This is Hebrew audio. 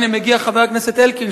הנה מגיע חבר הכנסת אלקין,